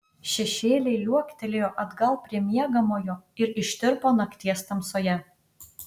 šešėliai liuoktelėjo atgal prie miegamojo ir ištirpo nakties tamsoje